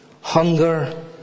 hunger